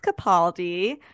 Capaldi